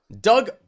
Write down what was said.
Doug